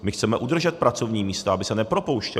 My chceme udržet pracovní místa, aby se nepropouštělo.